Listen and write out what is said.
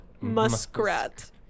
muskrat